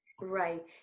Right